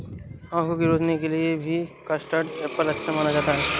आँखों की रोशनी के लिए भी कस्टर्ड एप्पल अच्छा माना जाता है